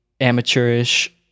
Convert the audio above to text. amateurish